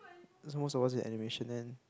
so most of us in animation then